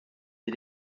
sie